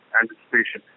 anticipation